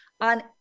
on